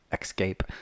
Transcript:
escape